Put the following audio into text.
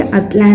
Atlantic